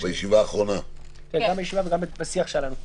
גם בישיבה האחרונה וגם בשיח שהיה לנו.